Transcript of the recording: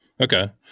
Okay